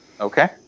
Okay